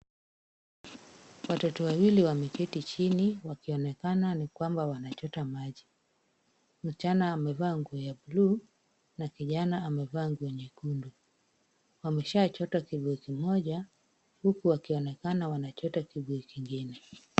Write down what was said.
Watoto wawili wameketi chini wakionekana ni kwamba wanachota maji. Msichana amevaa nguo ya buluu na kijana amevaa nguo nyekundu. Wameshachota kibuyu kimoja huku wakionekana wanachota kibuyu kingine.